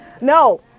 No